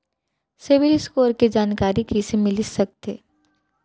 CIBIL score के जानकारी कइसे मिलिस सकथे?